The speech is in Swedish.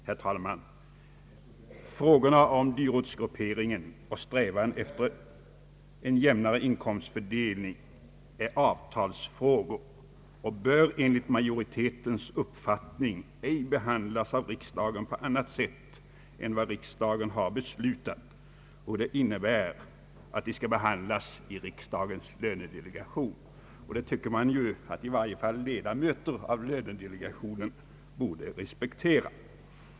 Herr talman! Frågorna om dyrortsgrupperingen och om strävanden efter en jämnare inkomstfördelning är avtalsfrågor och bör enligt majoritetens uppfattning ej behandlas av riksdagen på annat sätt än vad riksdagen har beslutat. Det innebär att de skall behand las i riksdagens lönedelegation, och det tycker jag att i varje fall en ledamot i lönedelegationen borde respektera.